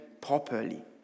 properly